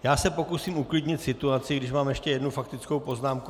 Já se pokusím uklidnit situaci, i když mám ještě jednu faktickou poznámku.